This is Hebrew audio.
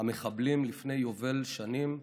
המחבלים לפני יובל שנים,